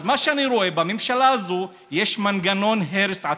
אז מה שאני רואה, בממשלה הזו יש מנגנון הרס עצמי.